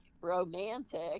romantic